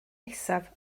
nesaf